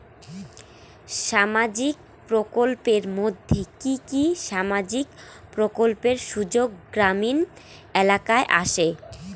সামাজিক প্রকল্পের মধ্যে কি কি সামাজিক প্রকল্পের সুযোগ গ্রামীণ এলাকায় আসে?